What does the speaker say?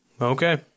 Okay